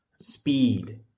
Speed